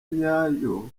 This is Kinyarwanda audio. nyayo